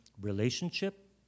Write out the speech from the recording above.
relationship